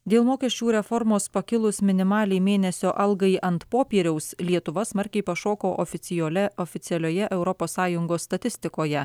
dėl mokesčių reformos pakilus minimaliai mėnesio algai ant popieriaus lietuva smarkiai pašoko oficialia oficialioje europos sąjungos statistikoje